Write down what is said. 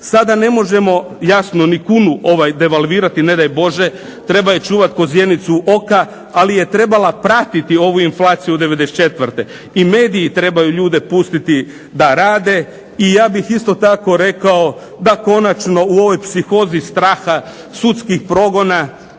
Sada ne možemo jasno ni kunu devalvirati ne daj Bože. Treba je čuvati kao zjenicu oka, ali je trebala pratiti ovu inflaciju '94. I mediji trebaju ljude pustiti da rade. I ja bih isto tako rekao da konačno u ovoj psihozi straha sudskih progona